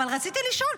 אבל רציתי לשאול,